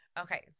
Okay